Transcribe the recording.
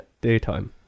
daytime